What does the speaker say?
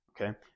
okay